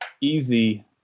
easy